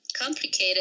complicated